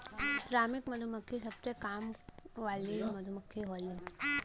श्रमिक मधुमक्खी सबसे काम वाली मधुमक्खी होलीन